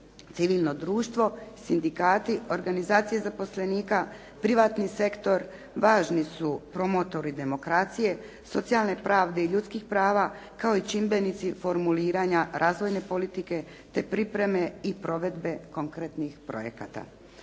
Civilno društvo, sindikati, organizacije zaposlenika, privatni sektor važni su promotori demokracije, socijalne pravde i ljudskih prava kao i čimbenici formuliranja razvojne politike te pripreme i provedbe konkretnih projekata.